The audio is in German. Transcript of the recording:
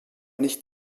nicht